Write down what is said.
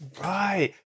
Right